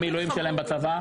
המילואים שלהם בצבא.